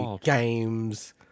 games